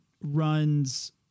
runs